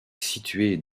située